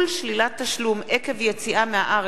(ביטול שלילת תשלום עקב יציאה מהארץ),